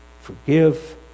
forgive